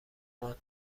ماند